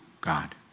God